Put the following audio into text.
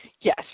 Yes